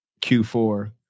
Q4